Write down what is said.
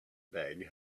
bag